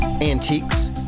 antiques